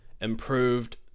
improved